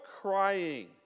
crying